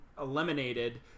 eliminated